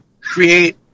create